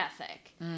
ethic